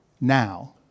now